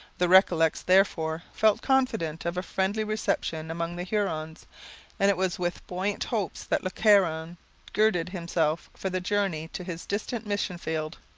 the recollets, therefore, felt confident of a friendly reception among the hurons and it was with buoyant hopes that le caron girded himself for the journey to his distant mission-field.